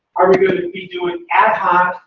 are we gonna be doing ad hoc,